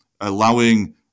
allowing